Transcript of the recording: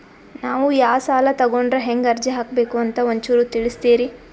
ನಾವು ಯಾ ಸಾಲ ತೊಗೊಂಡ್ರ ಹೆಂಗ ಅರ್ಜಿ ಹಾಕಬೇಕು ಅಂತ ಒಂಚೂರು ತಿಳಿಸ್ತೀರಿ?